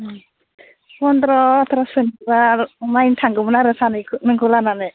फन्द्र' अथ्र'सोनिबा खमायनो थांगौमोन आरो सानैबो नोंखौ लानानै